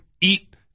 eat